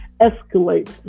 escalates